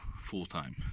full-time